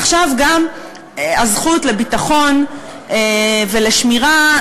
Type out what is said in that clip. עכשיו גם הזכות לביטחון ולשמירה,